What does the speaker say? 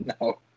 No